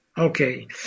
Okay